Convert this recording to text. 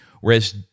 whereas